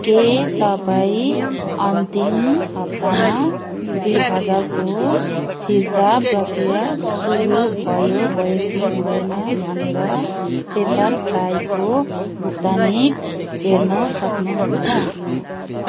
के तपाईँ अन्तिम हप्तामा दुई हजारको फिर्ता प्रक्रिया सुरु भयो भयो कि भएन भनेर पेप्परफ्राईको भुक्तानी हेर्न सक्नुहुन्छ